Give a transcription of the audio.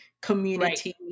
community